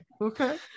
Okay